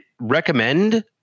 recommend